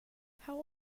how